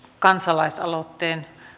kansalaisaloitteen